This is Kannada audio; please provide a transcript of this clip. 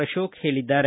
ಅಶೋಕ ಹೇಳಿದ್ದಾರೆ